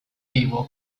vivo